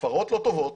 הפרות לא טובות